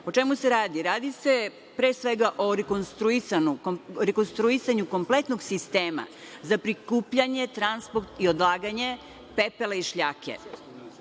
O čemu se radi? Radi se, pre svega, o rekonstruisanju kompletnog sistema za prikupljanje, transport i odlaganje pepela i šljake.